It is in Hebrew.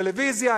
טלוויזיה,